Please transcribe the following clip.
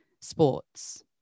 sports